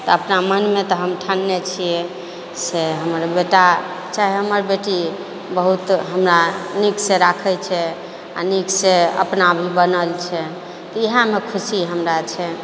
तऽ अपना मनमे तऽ हम ठनने छियै से हमर बेटा चाहे हमर बेटी बहुत हमरा नीकसँ राखै छै आ नीकसँ अपना भी बनल छै तऽ इएहमे खुशी हमरा छै